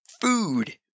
food